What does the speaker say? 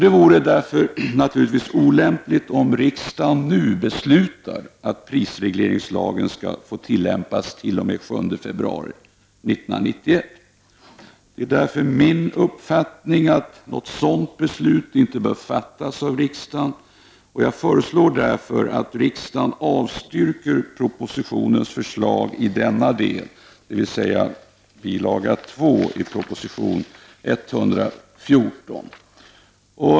Det vore därför naturligtvis olämpligt om riksdagen nu beslutar att prisregleringslagen skall få tillämpas t.o.m. den 7 februari 1991. Det är därför min uppfattning att ett sådant beslut inte bör fattas av riksdagen, och jag föreslår att kammaren avslår propositionens förslag i denna del, dvs. bil. 2 i proposition 114.